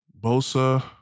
Bosa